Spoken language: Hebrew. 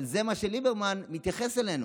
אבל ככה ליברמן מתייחס אלינו,